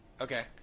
Okay